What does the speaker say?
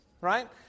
right